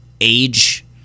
age